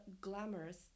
glamorous